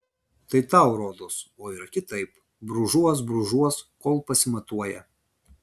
tai tau rodos o yra kitaip brūžuos brūžuos kol pasimatuoja